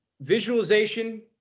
Visualization